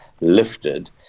lifted